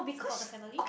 support the family